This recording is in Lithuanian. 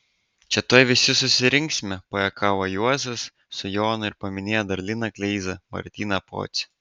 čia tuoj visi susirinksime pajuokavo juozas su jonu ir paminėjo dar liną kleizą martyną pocių